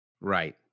Right